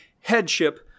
headship